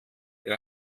ihr